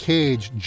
Cage